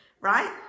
right